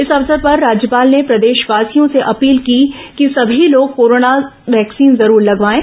इस अवसर पर राज्यपाल ने प्रदेशवासियों से अपील की कि समी लोग कोरोना वैक्सीन जरूर लगवाएं